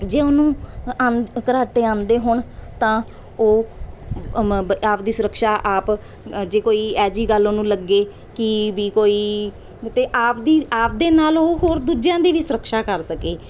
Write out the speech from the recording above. ਜੇ ਉਹਨੂੰ ਆਮ ਕਰਾਟੇ ਆਉਂਦੇ ਹੋਣ ਤਾਂ ਉਹ ਮ ਆਪ ਦੀ ਸੁਰੱਖਿਆ ਆਪ ਜੇ ਕੋਈ ਐ ਜਿਹੀ ਗੱਲ ਉਹਨੂੰ ਲੱਗੇ ਕਿ ਵੀ ਕੋਈ ਅਤੇ ਆਪ ਦੀ ਆਪ ਦੇ ਨਾਲ ਉਹ ਹੋਰ ਦੂਜਿਆਂ ਦੀ ਵੀ ਸੁਰੱਖਿਆ ਕਰ ਸਕੇ